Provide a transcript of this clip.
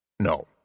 No